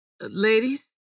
Ladies